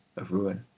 of ruin,